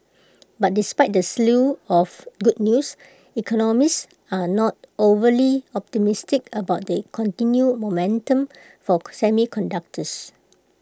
but despite the slew of good news economists are not overly optimistic about the continued momentum for semiconductors